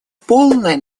полное